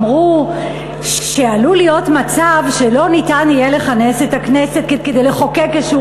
אמרו שעלול להיות מצב שלא ניתן יהיה לכנס את הכנסת כדי לחוקק איזשהו